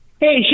Hey